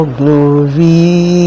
glory